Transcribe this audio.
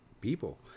people